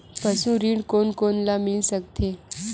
पशु ऋण कोन कोन ल मिल सकथे?